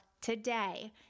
today